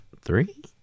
three